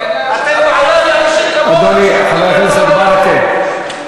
חבר הכנסת ברכה,